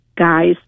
guys